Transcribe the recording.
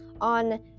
on